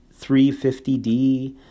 350D